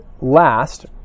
last